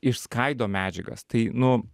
išskaido medžiagas tai nu